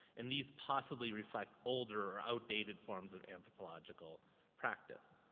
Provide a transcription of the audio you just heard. and these possibly reflect older or outdated forms of anthropological practice.